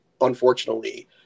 unfortunately